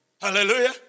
Hallelujah